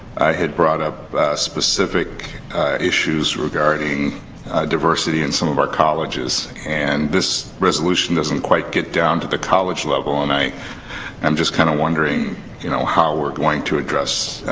i had brought up specific issues regarding diversity in some of our colleges. and this resolution doesn't quite get down to the college level. and i am just kind of wondering you know how we're going to address